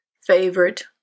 favorite